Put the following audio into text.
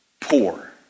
poor